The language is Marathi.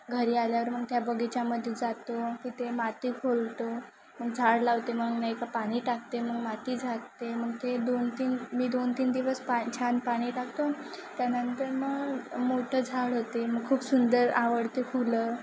घरी आल्यावर मग त्या बगीच्यामध्ये जातो तिथे माती खोलतो मग झाड लावते मग नाही का पाणी टाकते मग माती झाकते मग ते दोन तीन मी दोन तीन दिवस पा छान पाणी टाकतो त्यानंतर मग मोठं झाड होते मग खूप सुंदर आवडते फुलं